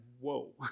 whoa